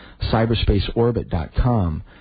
cyberspaceorbit.com